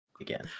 again